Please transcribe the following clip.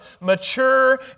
mature